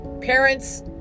Parents